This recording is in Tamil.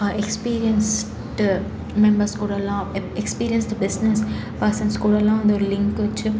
எக்ஸ்பீரியன்ஸ்ட்டு மெம்பர்ஸ் கூடலாம் எப் எக்ஸ்பீரியன்ஸ்டு பிஸ்னஸ் பேர்சன்ஸ் கூடலாம் வந்து ஒரு லிங்க்கு வச்சி